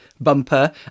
bumper